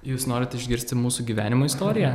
jūs norit išgirsti mūsų gyvenimo istoriją